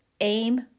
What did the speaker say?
aim